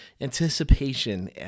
anticipation